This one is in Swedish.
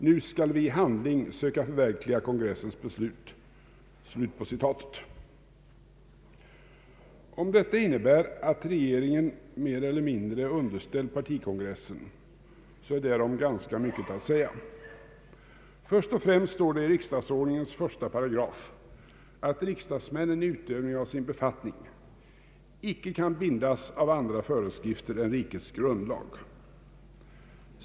Nu skall vi i handling söka förverkliga kongressens beslut.” Om detta innebär, att regeringen mer eller mindre är un derställd partikongressen, är därom ganska mycket att säga. Först och främst står det i riksdagsordningens första paragraf att riksdagsmännen i utövningen av sin befattning icke kan bindas av andra föreskrifter än rikets grundlag.